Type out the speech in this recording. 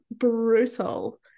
brutal